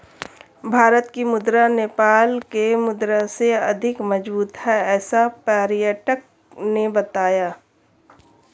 भारत की मुद्रा नेपाल के मुद्रा से अधिक मजबूत है ऐसा पर्यटक ने बताया